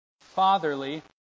fatherly